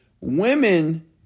women